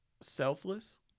selfless